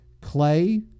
clay